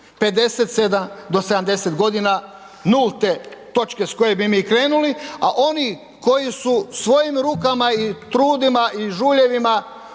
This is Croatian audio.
57 do 70 godina nulte točke s koje bi mi krenuli a oni koji su svojim rukama i trudima i žuljevima